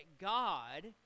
God